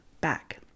back